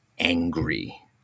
angry